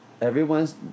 Everyone's